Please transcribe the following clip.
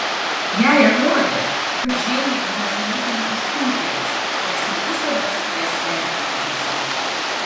jai atrodė kad džeinė ir jos motina išpuikėlės nes ne visada su ja sveikindavosi